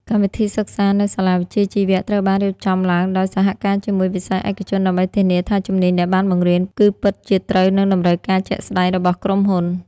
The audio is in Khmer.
កម្មវិធីសិក្សានៅសាលាវិជ្ជាជីវៈ ត្រូវបានរៀបចំឡើងដោយសហការជាមួយវិស័យឯកជន ដើម្បីធានាថាជំនាញដែលបានបង្រៀនគឺពិតជាត្រូវនឹងតម្រូវការជាក់ស្តែងរបស់ក្រុមហ៊ុន។